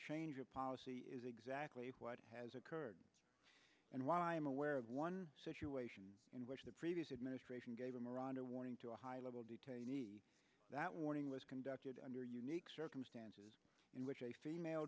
change of policy is exactly what has occurred and why i'm aware of one situation in which the previous administration gave a miranda warning to a high level detainee that warning was conducted under unique circumstances in which a female